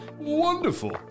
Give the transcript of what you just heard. Wonderful